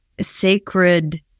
sacred